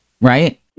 right